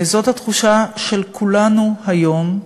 זאת התחושה של כולנו היום,